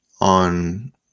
on